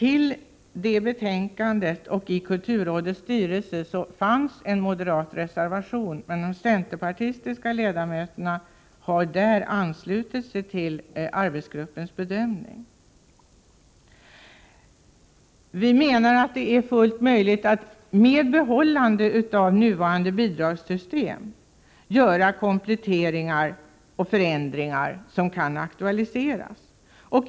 Moderatena i kulturrådets styrelse har reserverat sig, medan de centerpartistiska ledamöterna där anslutit sig till arbetsgruppens bedömning. Vi menar att det är fullt möjligt att med behållande av nuvarande bidragssystem göra de kompletteringar och förändringar som kan aktualiseras.